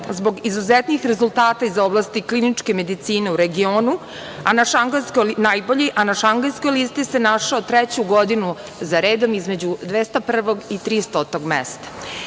zbog izuzetnih rezultata iz oblasti kliničke medicine u regionu najbolji, a na Šangajskoj listi se našao treću godinu za redom između 201. i 300. mesta. Inače,